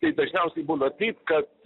tai dažniausiai būna taip kad